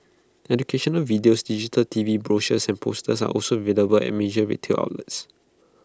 educational videos digital T V brochures and posters are also available at major retail outlets